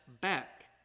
back